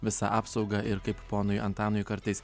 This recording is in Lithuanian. visa apsauga ir kaip ponui antanui kartais